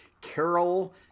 Carol